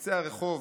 בקצה הרחוב,